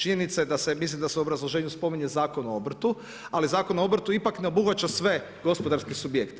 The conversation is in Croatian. Činjenica je da se, mislim da se u obrazloženju spominje Zakon o obrtu, ali Zakon o obrtu ipak ne obuhvaća sve gospodarske subjekte.